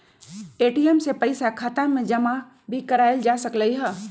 ATM से पइसा खाता में जमा भी कएल जा सकलई ह